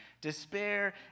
despair